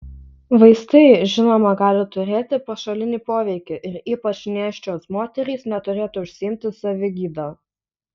vaistai žinoma gali turėti pašalinį poveikį ir ypač nėščios moterys neturėtų užsiimti savigyda